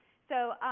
so,